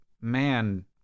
man